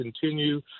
continue